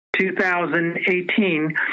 2018